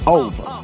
over